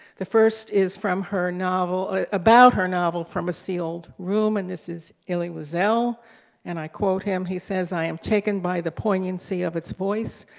the first is from her novel ah about her novel from a sealed room, and this is elie wiesel, and i quote him, he says i am taken by the poignancy of its voice,